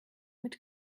mit